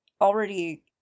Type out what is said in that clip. already